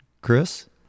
Chris